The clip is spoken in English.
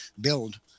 build